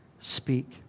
speak